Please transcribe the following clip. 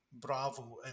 Bravo